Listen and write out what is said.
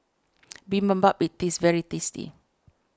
Bibimbap is very tasty